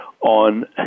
on